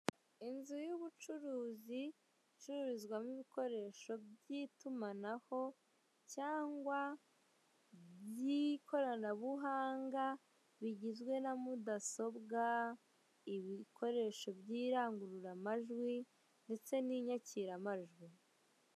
Inzu y'ubucuruzi icururizwamo ibikoresho by'itumanaho cyangwa by'ikoranabuganga, bigizwe na mudasobwa, ibikoresho by'irangururamajwi ndetse n'inyakiramajwi.